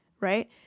right